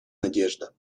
надежда